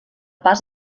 pas